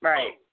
Right